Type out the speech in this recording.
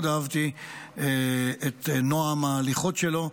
מאוד אהבתי את נועם ההליכות שלו,